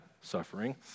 suffering